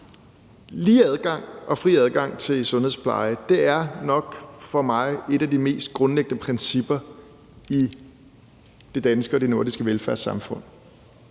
Lige og fri adgang til sundhedspleje er nok for mig et af de mest grundlæggende principper i det danske og nordiske velfærdssamfund.